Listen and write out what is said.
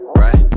right